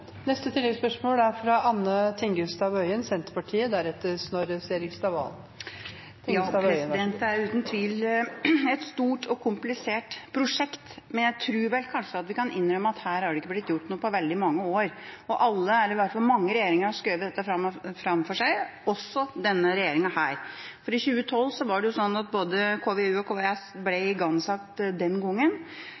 Anne Tingelstad Wøien – til oppfølgingsspørsmål. Det er uten tvil et stort og komplisert prosjekt, men jeg tror vi kanskje kan innrømme at her har det ikke blitt gjort noe på veldig mange år. Mange regjeringer har skjøvet dette framfor seg, også denne regjeringa. For den gangen, i 2012, ble både KVU og KVS igangsatt. I 2014 ble konseptvalgutredningen levert, og i 2015 ble kvalitetssikringen levert. Så det er på plass. Statsråden sier at